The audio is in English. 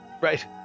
right